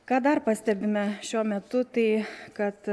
ką dar pastebime šiuo metu tai kad